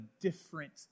different